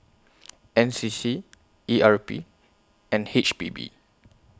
N C C E R P and H P B